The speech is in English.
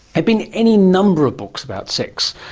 have been any number of books about sex,